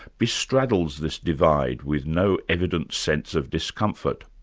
bestraddles this divide with no evident sense of discomfort.